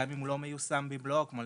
גם אם הוא לא מיושם במלואו, למשל,